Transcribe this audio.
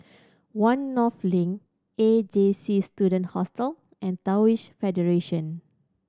One North Link A J C Student Hostel and Taoist Federation